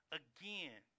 again